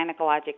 gynecologic